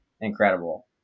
incredible